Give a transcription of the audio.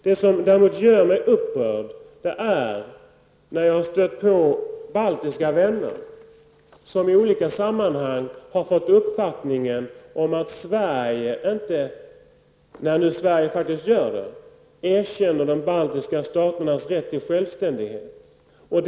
Det som däremot gör mig upprörd är när jag stöter på baltiska vänner som i olika sammanhang har fått uppfattningen att Sverige inte erkänner de baltiska staternas rätt till självständighet, nu när Sverige faktiskt gör det.